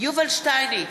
יובל שטייניץ,